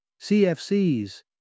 CFCs